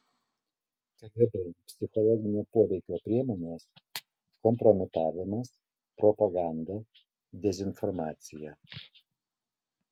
kgb psichologinio poveikio priemonės kompromitavimas propaganda dezinformacija